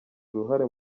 uruhare